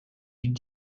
die